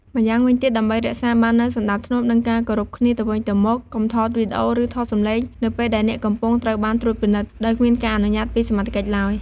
ម៉្យាងវិញទៀតដើម្បីរក្សាបាននូវសណ្តាប់ធ្នាប់ និងការគោរពគ្នាទៅវិញទៅមក កុំថតវីដេអូ ឬថតសំឡេង នៅពេលដែលអ្នកកំពុងត្រូវបានត្រួតពិនិត្យ ដោយគ្មានការអនុញ្ញាត ពីសមត្ថកិច្ចឡើយ។